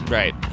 right